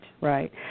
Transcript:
right